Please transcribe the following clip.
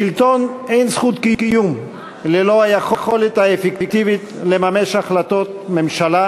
לשלטון אין זכות קיום ללא היכולת האפקטיבית לממש החלטות ממשלה